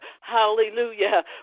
Hallelujah